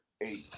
eight